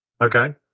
Okay